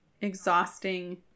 exhausting